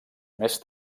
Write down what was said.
més